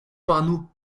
panneaux